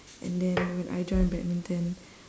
and then when I joined badminton